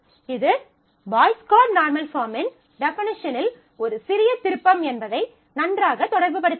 இது Boyce Codd normal பாஃர்ம்மின் டெஃபனிஷனில் ஒரு சிறிய திருப்பம் என்பதை நன்றாக தொடர்புபடுத்தலாம்